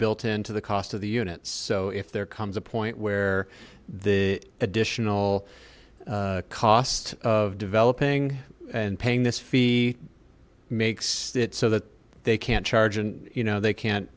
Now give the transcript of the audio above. built into the cost of the units so if there comes a point where the additional cost of developing and paying this fee makes it so that they can't charge and you know they can't